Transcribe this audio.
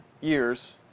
years